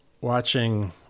watching